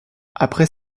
après